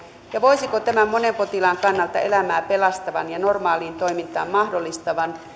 ja voisiko tämän monen potilaan kannalta elämän pelastavan ja normaalin toiminnan mahdollistavan